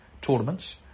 tournaments